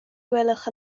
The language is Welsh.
gwelwch